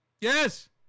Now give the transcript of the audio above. Yes